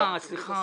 אה, סליחה.